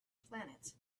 planet